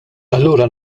allura